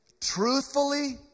Truthfully